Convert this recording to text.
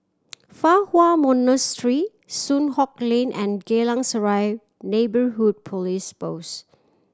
Fa Hua Monastery Soon Hock Lane and Geylang Serai Neighbourhood Police Post